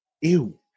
ew